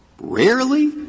rarely